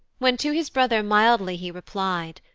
when to his brother mildly he reply'd.